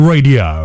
Radio